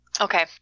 Okay